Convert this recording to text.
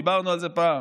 דיברנו על זה פעם,